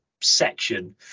section